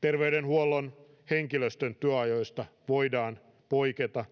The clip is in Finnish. terveydenhuollon henkilöstön työajoista voidaan poiketa